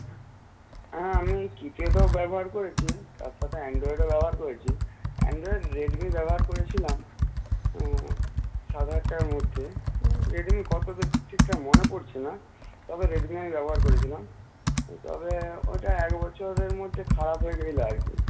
হ্যাঁ আমি কীপ্যাডও ব্যবহার করেছি তার সাথে অ্যান্ড্রয়েডও ব্যবহার করেছি অ্যান্ড্রয়েড রেডমি ব্যবহার করেছিলাম হুম সাত হাজার টাকার মধ্যে রেডমি কত বেশ ঠিক ঠাক মনে পড়ছে না তবে রেডমি আমি ব্যবহার করেছিলাম তবে ওইটা এক বছরের মধ্যে খারাপ হয়ে গিয়েছিল আর কি